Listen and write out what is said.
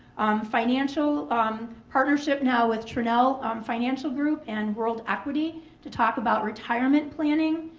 financial um partnership now with tranel um financial group and world equity to talk about retirement planning,